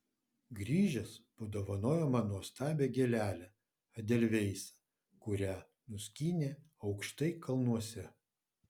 grįžęs padovanojo man nuostabią gėlelę edelveisą kurią nuskynė aukštai kalnuose